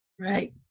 Right